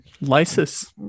Lysis